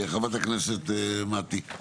חברת הכנסת מטי, בבקשה.